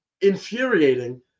infuriating